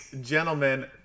gentlemen